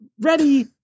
ready